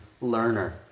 learner